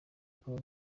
kuba